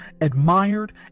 admired